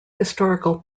historical